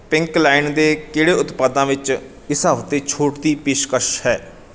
pink line ਦੇ ਕਿਹੜੇ ਉਤਪਾਦਾਂ ਵਿੱਚ ਇਸ ਹਫ਼ਤੇ ਛੋਟ ਦੀ ਪੇਸ਼ਕਸ਼ ਹੈ